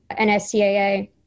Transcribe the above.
NSCAA